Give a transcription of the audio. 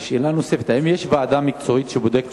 שאלה נוספת: האם יש ועדה מקצועית שבודקת